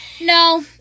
No